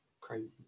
Crazy